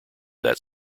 that